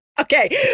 Okay